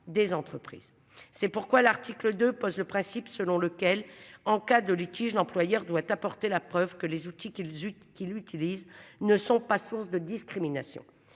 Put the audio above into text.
C'est pourquoi l'article de pose le principe selon lequel en cas de litige, l'employeur doit apporter la preuve que les outils qu'ils zut qui l'utilisent, ne sont pas source de discrimination.